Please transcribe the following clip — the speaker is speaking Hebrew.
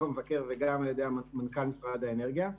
המבקר וגם על ידי מנכ"ל משרד האנרגיה,